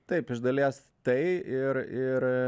taip iš dalies tai ir ir